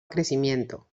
crecimiento